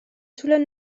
طول